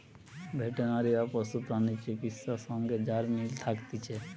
veterinary বা পশু প্রাণী চিকিৎসা সঙ্গে যারা মিলে থাকতিছে